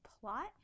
plot